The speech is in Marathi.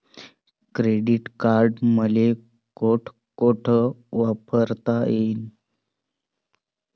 क्रेडिट कार्ड मले कोठ कोठ वापरता येईन?